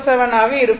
07 ஆக இருக்கும்